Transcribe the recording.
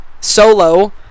Solo